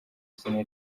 izina